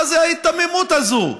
מה זה ההיתממות הזו?